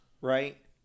Right